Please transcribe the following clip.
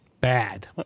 Bad